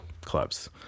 clubs